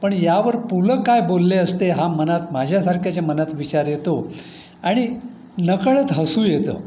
पण यावर पु लं काय बोलले असते हा मनात माझ्यासारख्याच्या मनात विचार येतो आणि नकळत हसू येतं